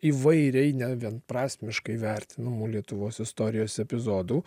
įvairiai ne vien prasmiškai vertinamų lietuvos istorijos epizodų